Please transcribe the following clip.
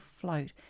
float